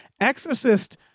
Exorcist